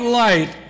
light